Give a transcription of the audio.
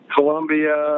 Colombia